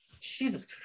Jesus